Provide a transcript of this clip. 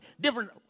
different